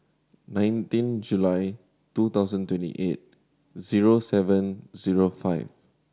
nineteen July two thousand twenty eight zero seven zero five